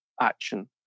action